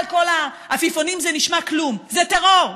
עפיפונים זה נשמע כלום, זה טרור.